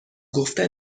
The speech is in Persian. گفتن